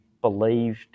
believed